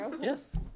Yes